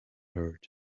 heard